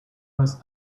was